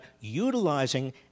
utilizing